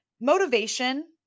motivation